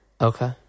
Okay